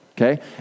okay